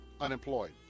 unemployed